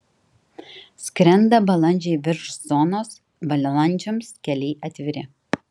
skrenda balandžiai virš zonos balandžiams keliai atviri